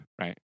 Right